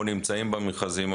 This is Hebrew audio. אנחנו נמצאים במכרזים האלה,